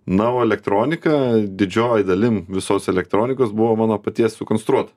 na o elektronika didžioji dalim visos elektronikos buvo mano paties sukonstruota